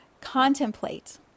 contemplate